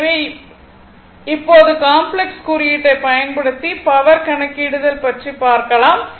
எனவே இப்போது காம்ப்ளக்ஸ் குறியீட்டைப் பயன்படுத்தி பவர் கணக்கிடுதல் பற்றி பார்க்கலாம்